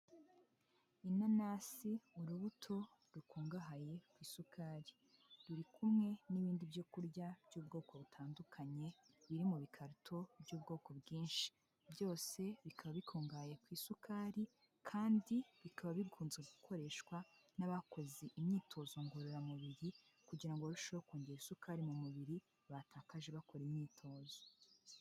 Inanasi urubuto rukungahaye ku isukari, ruri kumwe n'ibindi byo kurya by'ubwoko butandukanye biri mu bikarito by'ubwoko bwinshi, byose bikaba bikungahaye ku isukari kandi bikaba bikunze gukoreshwa n'abakoze imyitozo ngororamubiri kugira ngo barusheho kongera isukari mu mubiri batakaje bakora imyitozo.